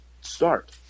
start